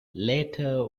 later